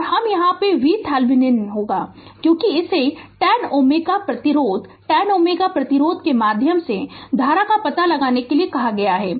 और हम यहाँ VThevenin होऊंगा क्योंकि इसे 10Ω प्रतिरोध 10Ω प्रतिरोध के माध्यम से धारा का पता लगाने के लिए कहा गया है